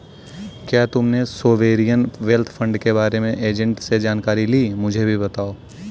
क्या तुमने sovereign wealth fund के बारे में एजेंट से जानकारी ली, मुझे भी बताओ